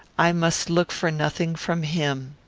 i must look for nothing from him.